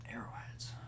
Arrowheads